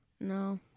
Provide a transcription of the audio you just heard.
No